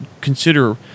consider